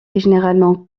généralement